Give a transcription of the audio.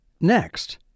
Next